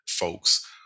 Folks